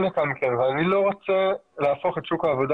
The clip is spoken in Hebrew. אבל אני לא רוצה להפוך את שוק העבודה